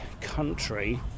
country